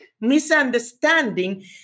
misunderstanding